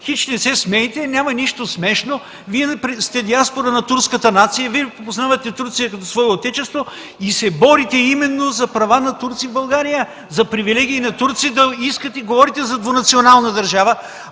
Хич не се смейте, няма нищо смешно. Вие сте диаспора на турската нация, Вие припознавате Турция като свое отечество и се борите именно за права на турци в България, за привилегии на турци. Говорите за двунационална държава,